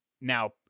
now